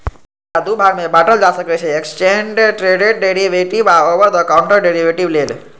एकरा दू भाग मे बांटल जा सकै छै, एक्सचेंड ट्रेडेड डेरिवेटिव आ ओवर द काउंटर डेरेवेटिव लेल